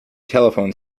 telephone